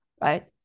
right